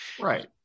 right